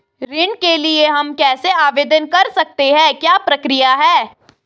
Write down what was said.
ऋण के लिए हम कैसे आवेदन कर सकते हैं क्या प्रक्रिया है?